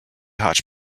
hotch